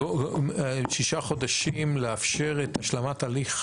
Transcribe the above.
שישה חודשים לאפשר את השלמת הליך